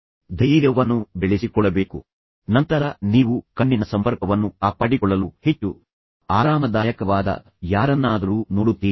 ಕೆಲವೊಮ್ಮೆ ಜನರು ನಿಮ್ಮನ್ನು ತುಂಬಾ ಸೂಕ್ಷ್ಮವಾಗಿ ನೋಡಿದಾಗ ನೀವು ಆತಂಕಕ್ಕೊಳಗಾಗಬಹುದು ಆದರೆ ನಂತರ ನೀವು ಕಣ್ಣಿನ ಸಂಪರ್ಕವನ್ನು ಕಾಪಾಡಿಕೊಳ್ಳಲು ಹೆಚ್ಚು ಆರಾಮದಾಯಕವಾದ ಯಾರನ್ನಾದರೂ ನೋಡುತ್ತೀರಿ